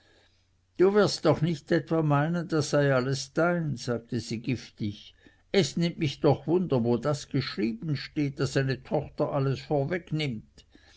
du wirst doch nicht etwa meinen das alles sei dein sagte sie giftig es nimmt mich doch wunder wo das geschrieben steht daß eine tochter alles vorwegnimmt